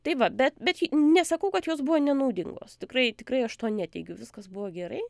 tai va bet bet nesakau kad jos buvo nenaudingos tikrai tikrai aš to neteigiu viskas buvo gerai